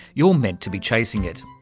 you're meant to be chasing it.